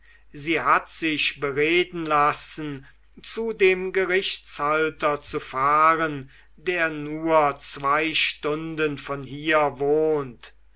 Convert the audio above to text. sie hat sich bereden lassen zu dem gerichtshalter zu fahren der nur zwei stunden von hier wohnt